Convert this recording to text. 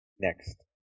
Next